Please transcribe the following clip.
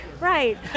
Right